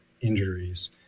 injuries